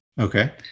Okay